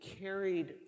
carried